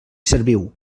serviu